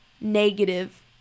negative